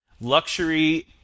luxury